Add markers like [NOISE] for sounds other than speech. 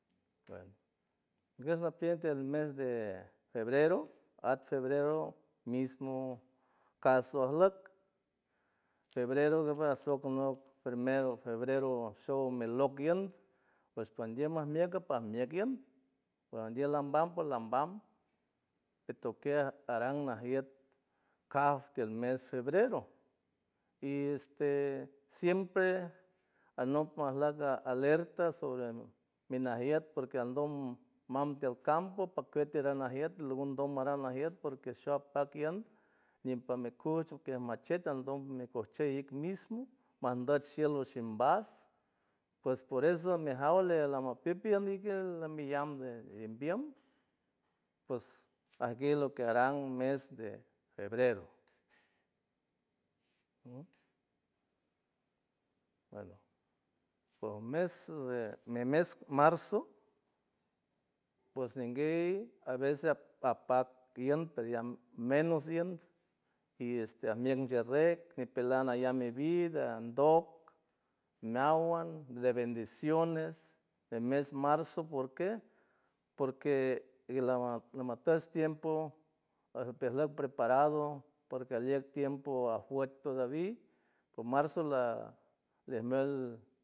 Bueno, gush napieck tiel mes de febrero at febrero mismo caso ajluck febrero gue asok a nüt primero febrero shock mi lock ien pues pandiem majmieck pajmieck ient pandiem lambam pojlambam petokey aran najiet kaf tiel mes febrero y este siempre anok majleck alerta sobre minajiet porque andom mam tiel campo pakuet tiran najiet lundom maran najiet porque shoapac ien ñipamicuch machet aldom mi cojchey ik mismo manduch shiel oshimbas pues por eso mijaw alie lamipipien ik lamillam de imbiem ps ajguey lo que aran mes de febrero, [NOISE] [HESITATION] bueno pos mes de mi mes marzo pues ninguey a veces apac ien perllam menos ien y este ajmieck cherrec ñipelan allam mi vida andock meawan de bendiciones, mes marzo porque porque la- lamatuch tiempo ajperleck preparado porque alieck tiempo ajuet todavi o marzo ejmuelt.